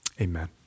Amen